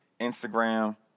Instagram